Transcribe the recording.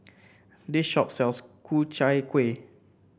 this shop sells Ku Chai Kuih